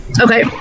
Okay